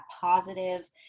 positive